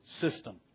system